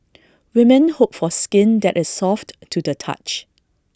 women hope for skin that is soft to the touch